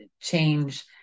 change